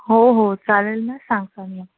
हो हो चालेल ना सांगसान मग